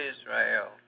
Israel